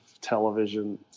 television